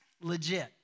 legit